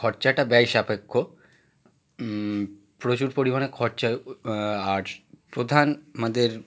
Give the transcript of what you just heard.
খরচাটা ব্যয় সাপেক্ষ প্রচুর পরিমাণে খরচা ও আর প্রধান আমাদের